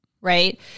right